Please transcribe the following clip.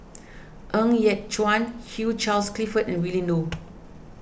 Ng Yat Chuan Hugh Charles Clifford and Willin Low